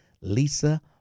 Lisa